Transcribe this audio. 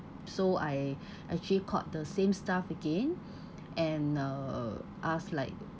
so I actually called the same staff again and uh asked like